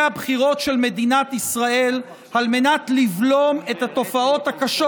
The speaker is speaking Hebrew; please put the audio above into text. הבחירות של מדינת ישראל על מנת לבלום את התופעות הקשות